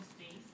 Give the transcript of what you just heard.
space